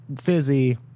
fizzy